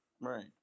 Right